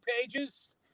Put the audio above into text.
pages